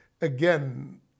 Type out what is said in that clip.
again